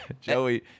Joey